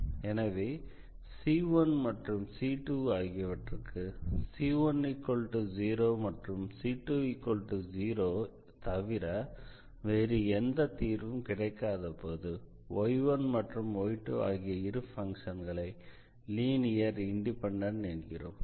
எனவே c1 மற்றும் c2 ஆகியவற்றுக்கு c10c20 தவிர வேறு எந்த தீர்வும் கிடைக்காதபோது y1 மற்றும் y2 ஆகிய இரு பங்க்ஷன்களை லீனியர் இண்டிபெண்டன்ட் என்கிறோம்